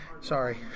sorry